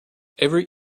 every